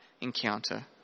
encounter